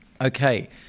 Okay